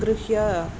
सङ्गृह्य